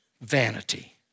vanity